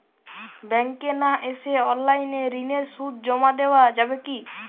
ব্যাংকে না এসে অনলাইনে ঋণের সুদ জমা দেওয়া যাবে কি?